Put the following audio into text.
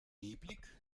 nebelig